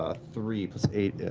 ah three plus eight.